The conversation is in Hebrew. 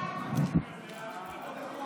ההצעה להעביר